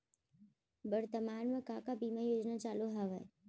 वर्तमान में का का बीमा योजना चालू हवये